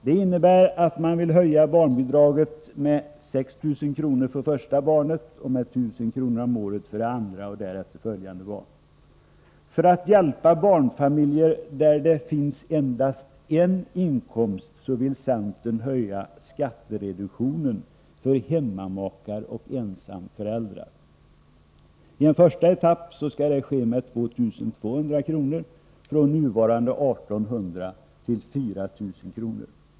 Det innebär att man vill höja barnbidraget med 6 000 kr. om året för första barnet och med 1000 kr. för det andra barnet och därefter följande barn. För att hjälpa barnfamiljer där det finns endast en inkomsttagare vill centern öka skattereduktionen för hemmamakar och ensamföräldrar. I en första etapp skall det bli fråga om 2 200 kr., från nuvarande 1 800 till 4 000 kr.